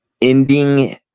ending